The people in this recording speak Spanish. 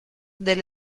del